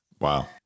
Wow